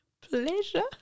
Pleasure